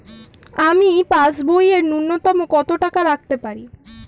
আমি পাসবইয়ে ন্যূনতম কত টাকা রাখতে পারি?